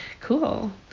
cool